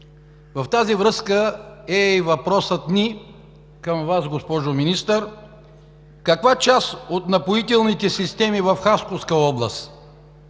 В тази връзка е и въпросът ми към Вас, госпожо Министър: каква част от напоителните системи в Хасковска област